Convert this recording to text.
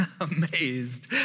amazed